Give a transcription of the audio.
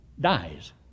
dies